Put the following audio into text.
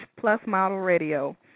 plusmodelradio